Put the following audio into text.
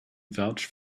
vouch